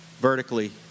vertically